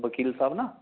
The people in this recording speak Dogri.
बकील साह्ब ना